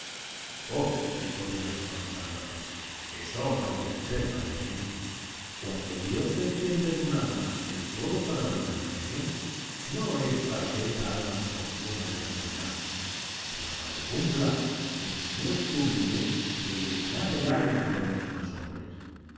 oh dijo rubens con exaltación eso no puede ser padre mío cuando dios enciende en un alma el fuego sagrado del genio no es para que ese alma se consuma en la soledad sino para que cumpla su misión sublime de iluminar el alma de los demás hombres